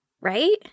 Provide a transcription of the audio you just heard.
right